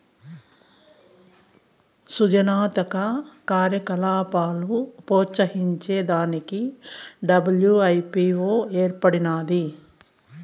సృజనాత్మక కార్యకలాపాలు ప్రోత్సహించే దానికి డబ్ల్యూ.ఐ.పీ.వో ఏర్పడినాది